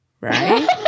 right